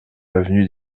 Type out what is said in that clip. avenue